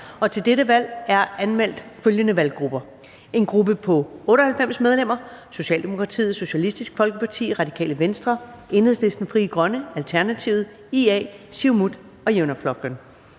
Til dette valg er anmeldt følgende valggrupper: en gruppe på 98 medlemmer: Socialdemokratiet, Socialistisk Folkeparti, Radikale Venstre, Enhedslisten, Frie Grønne, Alternativet, Inuit Ataqatigiit